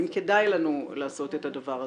האם כדאי לנו לעשות את הדבר הזה,